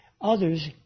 others